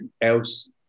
else